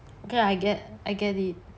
okay I get I get it